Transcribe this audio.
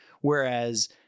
Whereas